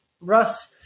Russ